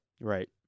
Right